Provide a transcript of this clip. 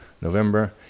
November